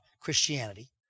Christianity